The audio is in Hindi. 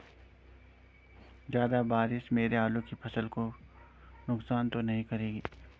ज़्यादा बारिश मेरी आलू की फसल को नुकसान तो नहीं करेगी?